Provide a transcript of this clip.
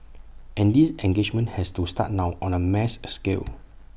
and this engagement has to start now on A mass scale